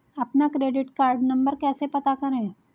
अपना credit card number कैसे पता करें?